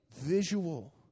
visual